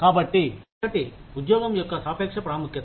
కాబట్టి ఒకటి ఉద్యోగం యొక్క సాపేక్ష ప్రాముఖ్యత